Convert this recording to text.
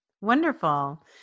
Wonderful